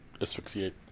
asphyxiate